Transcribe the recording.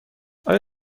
آیا